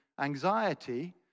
anxiety